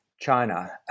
China